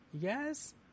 Yes